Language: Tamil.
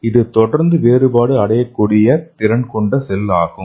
இது தொடர்ந்து வேறுபாடு அடையக்கூடிய திறன் கொண்ட செல் ஆகும்